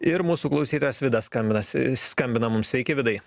ir mūsų klausytojas vidas skambinasi skambina mums sveiki vidai